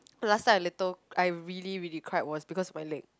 last time I little I really really cried was because of my leg